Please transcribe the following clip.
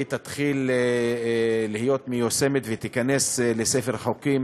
תתחיל להיות מיושמת ותיכנס לספר החוקים,